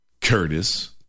Curtis